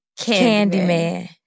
Candyman